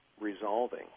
resolving